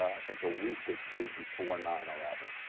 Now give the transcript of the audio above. i think, a week or two before nine eleven.